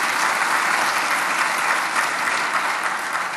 (מחיאות כפיים)